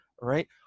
right